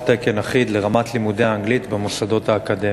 תקן אחיד לרמת לימודי האנגלית במוסדות האקדמיים.